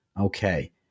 okay